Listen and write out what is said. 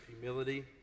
humility